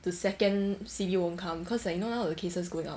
the second C_B won't come cause like you know now the cases go down